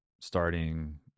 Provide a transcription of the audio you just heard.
starting